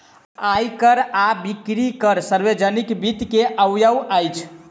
आय कर आ बिक्री कर सार्वजनिक वित्त के अवयव अछि